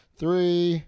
three